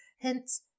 Hence